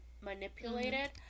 manipulated